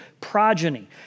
progeny